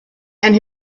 and